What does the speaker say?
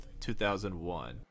2001